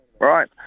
Right